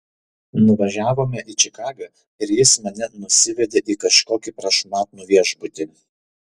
nuvažiavome į čikagą ir jis mane nusivedė į kažkokį prašmatnų viešbutį